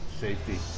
Safety